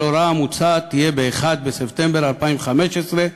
ההוראה המוצעת תהיה ב-1 בספטמבר 2015,